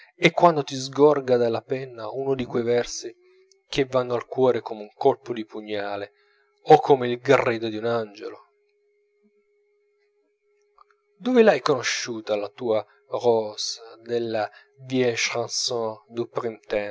e quando ti sgorga dalla penna uno di quei versi che vanno al cuore come un colpo di pugnale o come il grido d'un angelo dove l'hai conosciuta la tua rose della